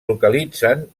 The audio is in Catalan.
localitzen